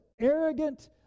arrogant